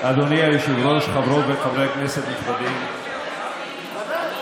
אדוני היושב-ראש, חברות וחברי כנסת נכבדים, אדוני.